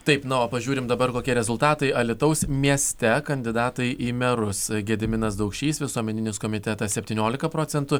taip na o pažiūrime dabar kokie rezultatai alytaus mieste kandidatai į merus gediminas daukšys visuomeninis komitetas septyniolika procentų